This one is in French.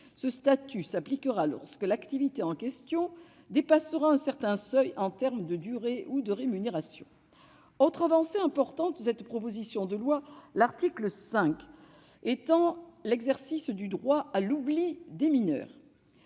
Ce statut s'appliquera lorsque l'activité en question dépassera un certain seuil en termes de durée ou de rémunération. Autre avancée importante de cette proposition de loi, l'article 5 vise à étendre l'exercice du droit à l'oubli aux mineurs.